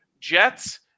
Jets